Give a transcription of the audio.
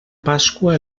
pasqua